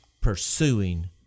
pursuing